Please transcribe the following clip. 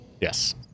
Yes